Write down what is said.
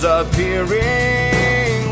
appearing